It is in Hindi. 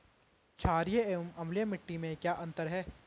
छारीय एवं अम्लीय मिट्टी में क्या अंतर है?